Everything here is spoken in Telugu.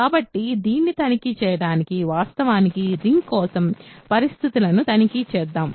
కాబట్టి దీన్ని తనిఖీ చేయడానికి వాస్తవానికి రింగ్ కోసం పరిస్థితులను తనిఖీ చేద్దాం